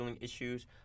issues